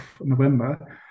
November